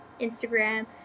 Instagram